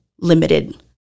limited